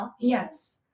yes